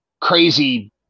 crazy